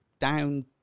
down